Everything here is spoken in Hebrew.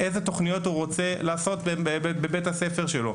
בה הוא מפרט אילו תכניות הוא רוצה לעשות בבית הספר שלו.